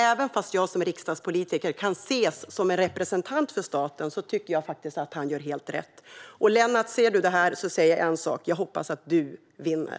Även om jag som riksdagspolitiker kan ses som en representant för staten tycker jag faktiskt att han gör helt rätt. Lennart, ser du det här vill jag säga en sak till dig: Jag hoppas att du vinner.